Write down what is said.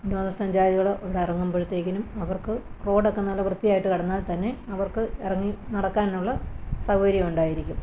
വിനോദസഞ്ചാരികൾ അവിടെ ഇറങ്ങുമ്പോഴത്തേക്കിനും അവർക്ക് റോഡൊക്കെ നല്ല വൃത്തിയായിട്ടു കിടന്നാൽ തന്നെ അവർക്ക് ഇറങ്ങി നടക്കാനുള്ള സൗകര്യമുണ്ടായിരിക്കും